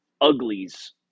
uglies